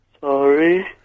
Sorry